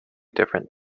different